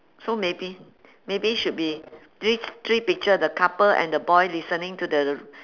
so maybe maybe should be these three picture the couple and the boy listening to the